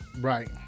Right